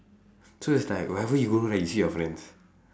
so it's like wherever you go right you see your friends